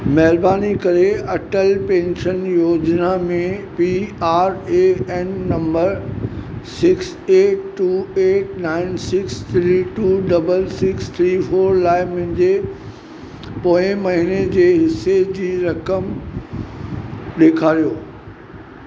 महिरबानी करे अटल पेंशन योजना में P R A N number six eight two eight nine six three two double six three four लाइ मुंहिंजे पोएं महीने जे हिसे जी रक़म ॾेखारियो